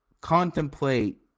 contemplate